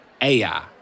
AI